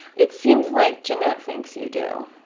it seems like jennet thinks you do